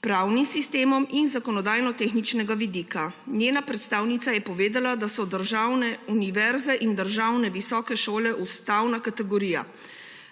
pravnim sistemom in zakonodajnotehničnega vidika. Njena predstavnica je povedala, da so državne univerze in državne visoke šole ustavna kategorija,